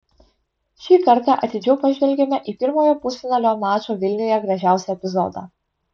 šį kartą atidžiau pažvelgėme į pirmojo pusfinalio mačo vilniuje gražiausią epizodą